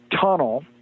tunnel